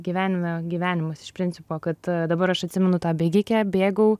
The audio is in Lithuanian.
gyvenime gyvenimas iš principo kad dabar aš atsimenu tą bėgikę bėgau